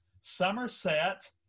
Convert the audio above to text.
Somerset